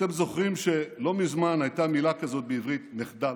אתם זוכרים שלא מזמן הייתה מילה כזאת בעברית "מחדל"?